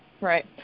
Right